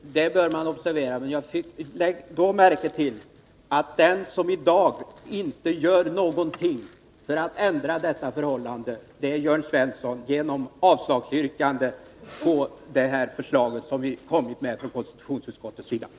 Herr talman! Jo, det bör man observera. Men lägg då också märke till att den som i dag inte gör någonting för att ändra på detta förhållande är Jörn Svensson, som yrkar avslag på det förslag som konstitutionsutskottet har kommit med.